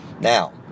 Now